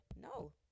No